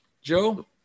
Joe